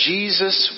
Jesus